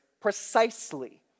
precisely